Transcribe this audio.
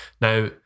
Now